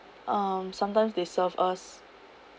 um sometimes they serve us